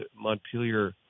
Montpelier